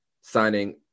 signing